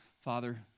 Father